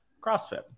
CrossFit